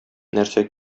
нәрсә